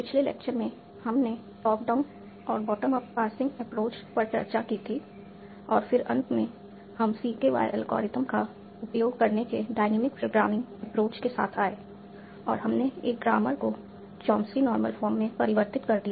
पिछले लेक्चर में हमने टॉप डाउन और बॉटम अप पार्सिंग एप्रोच पर चर्चा की थी और फिर अंत में हम CKY एल्गोरिथ्म का उपयोग करने के डायनेमिक प्रोग्रामिंग एप्रोच के साथ आए और हमने एक ग्रामर को चॉम्स्की नॉर्मल फॉर्म में परिवर्तित कर दिया